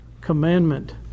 commandment